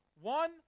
One